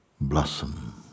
blossom